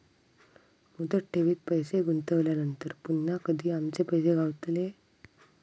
मुदत ठेवीत पैसे गुंतवल्यानंतर पुन्हा कधी आमचे पैसे गावतले?